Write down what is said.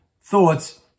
thoughts